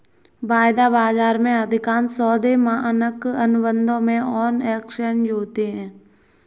वायदा बाजार में, अधिकांश सौदे मानक अनुबंधों में ऑन एक्सचेंज होते हैं